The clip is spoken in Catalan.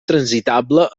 transitable